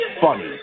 funny